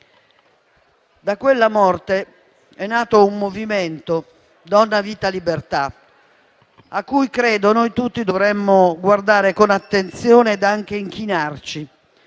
Da quella morte è nato un movimento, «Donna, vita, libertà» a cui credo noi tutti dovremmo guardare con attenzione ed anche inchinarci